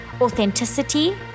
authenticity